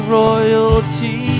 royalty